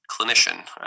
clinician